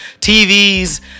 tvs